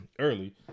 Early